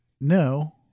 No